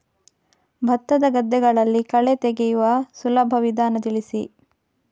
ಭತ್ತದ ಗದ್ದೆಗಳಲ್ಲಿ ಕಳೆ ತೆಗೆಯುವ ಸುಲಭ ವಿಧಾನ ತಿಳಿಸಿ?